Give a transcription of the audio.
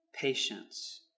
patience